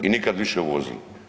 I nikad više uvozili.